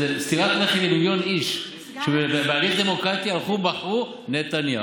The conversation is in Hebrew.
זו סטירת לחי למיליון איש שבהליך דמוקרטי הלכו ובחרו נתניהו.